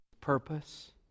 purpose